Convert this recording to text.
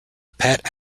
pet